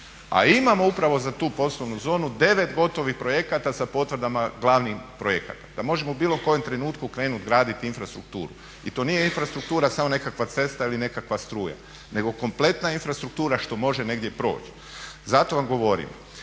A imamo upravo za tu poslovnu zonu 9 gotovih projekata sa potvrdama glavnih projekata da možemo u bilo kojem trenutku krenut graditi infrastrukturu. I to nije infrastruktura samo nekakva cesta ili nekakva struja, nego kompletna infrastruktura što može negdje proći. Zato vam govorim,